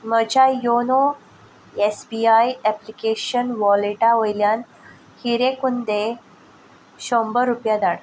म्हज्या YONO S B I application वॉलेटा वयल्यान खिरे कुंदे शंबर रुपया धाड